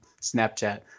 Snapchat